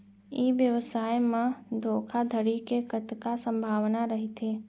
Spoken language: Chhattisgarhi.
ई व्यवसाय म धोका धड़ी के कतका संभावना रहिथे?